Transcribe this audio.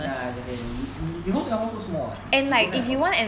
ya theres a a u~ because singapore so small eh you don't have a